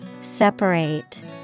Separate